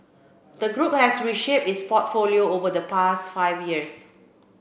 the group has reshaped its portfolio over the past five years